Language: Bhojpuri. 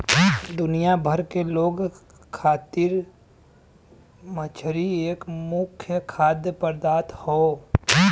दुनिया भर के लोग खातिर मछरी एक मुख्य खाद्य पदार्थ हौ